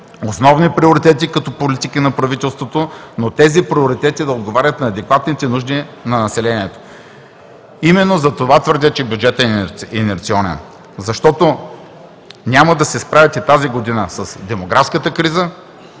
основни приоритети като политики на правителството, но тези приоритети да отговарят на адекватните нужди на населението. Именно затова твърдя, че бюджетът е инерционен, защото няма да се справите тази година с демографската криза,